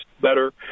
better